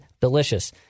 delicious